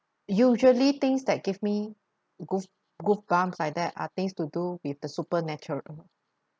usually things that give me goose~ goosebumps like that are things to do with the supernatural